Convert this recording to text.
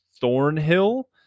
Thornhill